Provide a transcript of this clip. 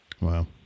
Wow